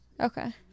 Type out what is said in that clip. Okay